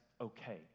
okay